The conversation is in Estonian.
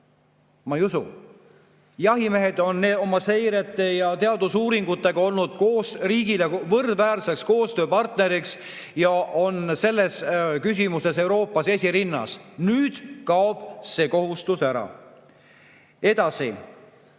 Ma ei usu. Jahimehed on oma seirete ja teadusuuringutega olnud riigile võrdväärseks koostööpartneriks ja on selles küsimuses Euroopas esirinnas, nüüd kaob see kohustus ära. Edasi.